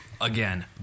Again